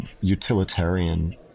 utilitarian